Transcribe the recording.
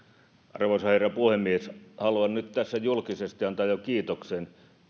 arvoisa herra puhemies haluan nyt tässä julkisesti antaa jo kiitoksen